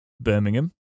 Birmingham